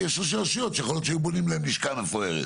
כי יש רשויות שיכול להיות שהיו בונות להן לשכה מפוארת.